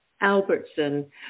Albertson